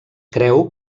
creu